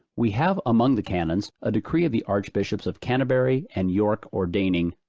we have among the canons a decree of the archbishops of canterbury, and york, ordaining,